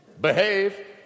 Behave